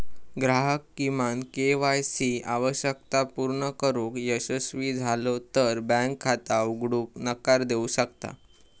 ग्राहक किमान KYC आवश्यकता पूर्ण करुक अयशस्वी झालो तर बँक खाता उघडूक नकार देऊ शकता